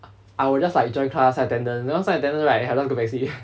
I will just like join class sign attendance after sign attendance right I will just go back to sleep